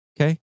Okay